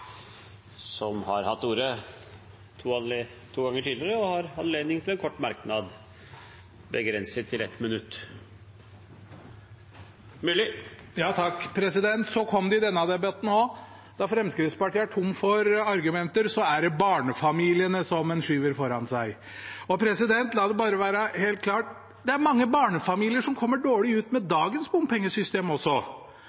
har hatt ordet to ganger tidligere og får ordet til en kort merknad, begrenset til 1 minutt. Så kom det i denne debatten også: Når Fremskrittspartiet er tom for argumenter, er det barnefamiliene en skyver foran seg. La det bare være helt klart: Det er mange barnefamilier som kommer dårlig ut med